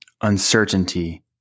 Uncertainty